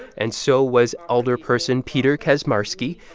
and so was alderperson peter kaczmarski,